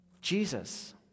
Jesus